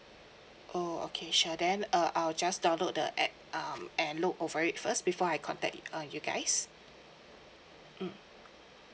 oh okay sure then uh I'll just download the app um and look over it first before I contact uh you guys